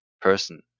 person